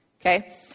Okay